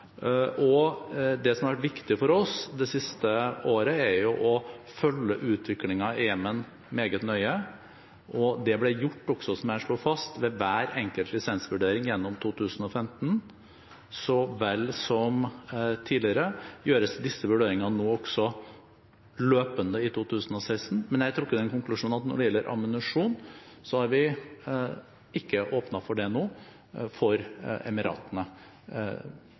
Det som har vært viktig for oss det siste året, er å følge utviklingen i Jemen meget nøye, og det ble gjort også, som jeg slo fast, ved hver enkelt lisensvurdering gjennom 2015. Så vel som tidligere gjøres disse vurderingene nå også løpende i 2016, men jeg har trukket den konklusjonen at når det gjelder salg av ammunisjon, har vi ikke åpnet for det nå for Emiratene